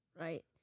right